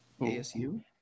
ASU